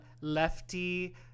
Lefty